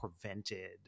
prevented